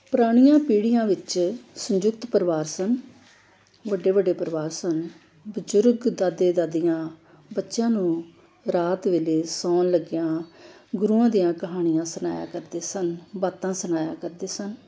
ਪੁਰਾਣੀਆਂ ਪੀੜ੍ਹੀਆਂ ਵਿੱਚ ਸੰਯੁਕਤ ਪਰਿਵਾਰ ਸਨ ਵੱਡੇ ਵੱਡੇ ਪਰਿਵਾਰ ਸਨ ਬਜ਼ੁਰਗ ਦਾਦੇ ਦਾਦੀਆਂ ਬੱਚਿਆਂ ਨੂੰ ਰਾਤ ਵੇਲੇ ਸੌਣ ਲੱਗਿਆਂ ਗੁਰੂਆਂ ਦੀਆਂ ਕਹਾਣੀਆਂ ਸੁਣਾਇਆ ਕਰਦੇ ਸਨ ਬਾਤਾਂ ਸੁਣਾਇਆ ਕਰਦੇ ਸਨ